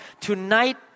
Tonight